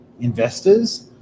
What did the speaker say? investors